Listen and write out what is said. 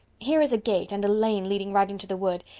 here is a gate and a lane leading right into the wood.